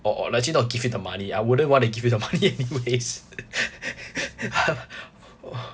or legit not give you the money I wouldn't want to give you the money anyways